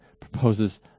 proposes